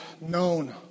known